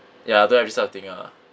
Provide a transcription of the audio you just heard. ya don't have this type of thing ah